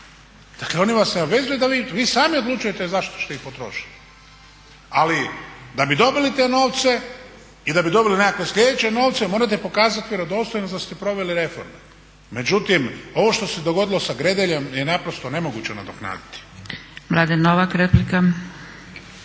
Dakle oni vas ne obvezuju da vi, vi sami odlučujete zašto ćete ih potrošit. Ali da bi dobili te novce i da bi dobili nekakve sljedeće novce morate pokazat vjerodostojnost da ste proveli reforme, međutim ovo što se dogodilo sa Gredeljom je naprosto nemoguće nadoknaditi.